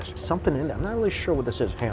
something. and i'm not really sure what this is. hang